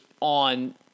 on